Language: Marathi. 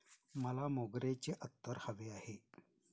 मला मोगऱ्याचे अत्तर हवे आहे